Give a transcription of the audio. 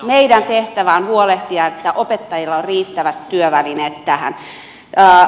meidän tehtävä on huolehtia että opettajilla on riittävät työvälineet tähän